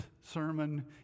sermon